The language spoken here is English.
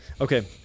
Okay